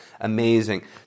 amazing